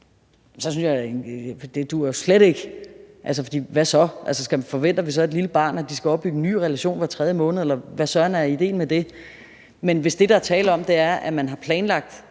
synes jeg. For hvad så? Forventer vi så af et lille barn, at det skal opbygge en ny relation hver tredje måned, eller hvad søren er ideen med det? Men hvis det, der er tale om, er, at man har planlagt